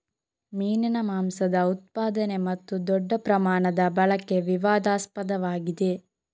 ಮೀನಿನ ಮಾಂಸದ ಉತ್ಪಾದನೆ ಮತ್ತು ದೊಡ್ಡ ಪ್ರಮಾಣದ ಬಳಕೆ ವಿವಾದಾಸ್ಪದವಾಗಿದೆ